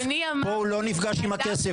פה הוא לא נפגש עם הכסף.